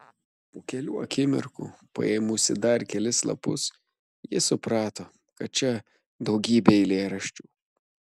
po kelių akimirkų paėmusi dar kelis lapus ji suprato kad čia daugybė eilėraščių